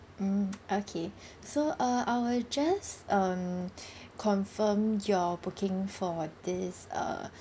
mm okay so uh I will just um confirm your booking for this uh